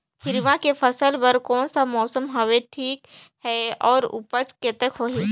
हिरवा के फसल बर कोन सा मौसम हवे ठीक हे अउर ऊपज कतेक होही?